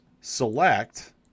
select